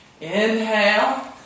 Inhale